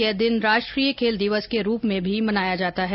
यह दिन राष्ट्रीय खेल दिवस के रूप में भी मनाया जाता है